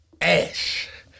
Ash